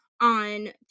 on